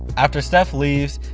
after steph leaves,